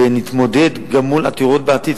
ונתמודד גם מול עתירות בעתיד,